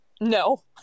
No